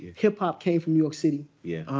hip-hop came from new york city. yeah.